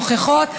נוכחות,